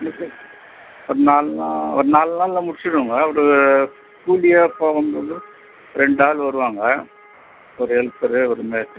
இ ஒரு நாலு நாள் ஒரு நாலு நாளில் முடிச்சுடுவோங்க ஒரு கூலியாளுங்கள் ரெண்டு ஆள் வருவாங்க ஒரு ஹெல்ப்பரு ஒரு மேஸ்திரிங்க